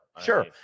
Sure